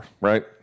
right